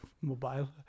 mobile